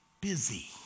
busy